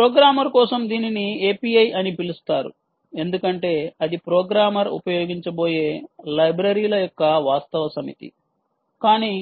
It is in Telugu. ప్రోగ్రామర్ కోసం దీనిని API అని పిలుస్తారు ఎందుకంటే అది ప్రోగ్రామర్ ఉపయోగించబోయే లైబ్రరీల యొక్క వాస్తవ సమితి కానీ